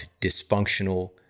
dysfunctional